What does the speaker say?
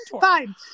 Fine